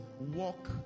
Walk